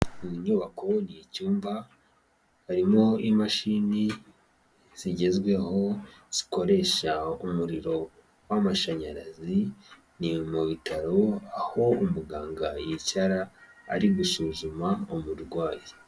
Mu nyubako ni cyumba harimo imashini zigezweho zikoresha umuriro w'amashanyarazi ni mu bitaro aho umuganga yicara ari gusuzuma umurwayi.